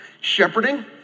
Shepherding